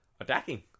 Attacking